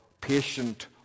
patient